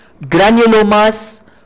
Granulomas